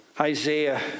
Isaiah